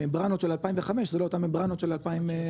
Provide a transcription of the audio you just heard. הממברנות של 2005 זה לא אותה ממברנות של 2027,